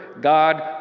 God